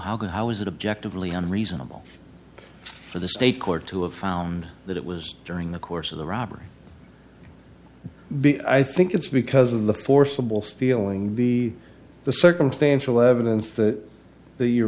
how can how is it objectively and reasonable for the state court to have found that it was during the course of the robbery i think it's because of the forcible stealing the the circumstantial evidence that you're